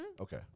Okay